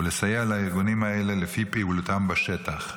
ולסייע לארגונים האלה לפי פעילותם בשטח,